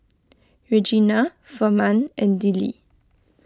Regena Furman and Dillie